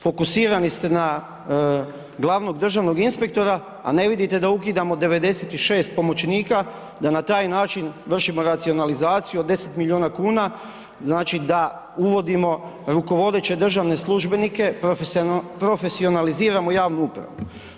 Fokusirani ste na glavnog državnog inspektora a ne vidite da ukidamo 96 pomoćnika, da na taj način vršimo racionalizaciju od 10 milijuna kuna, znači da uvodimo rukovodeće državne službenike, profesionaliziramo javnu upravu.